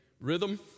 rhythm